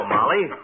Molly